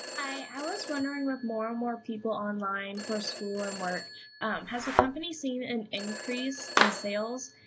i was wondering with more and more people online for school and work has the company seen an increase in sales?